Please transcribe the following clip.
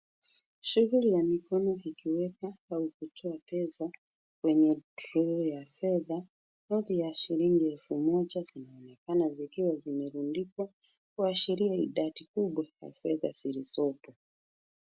Shughuli ya mikono ikiweka au kutoa pesa kwenye drawer ya fedha. Noti za shilingi elfu moja zinaonekana zikiwa zimerundikwa, kuashiria idadi kubwa ya fedha zilizopo.